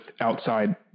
outside